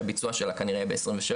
שהביצוע שלה יהיה כנראה ב-2023,